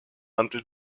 until